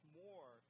more